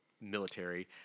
military